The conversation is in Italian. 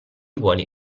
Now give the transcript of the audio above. vuole